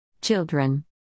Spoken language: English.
children